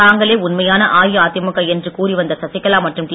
தாங்களே உண்மையான அஇஅதிமுக என்று கூறிவந்த சசிகலா மற்றும் டி